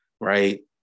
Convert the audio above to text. right